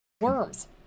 Worms